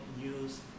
use